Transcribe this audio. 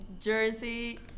jersey